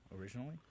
originally